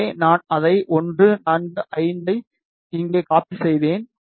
எனவே நான் அதை 1 4 5 ஐ இங்கே காப்பி செய்வேன்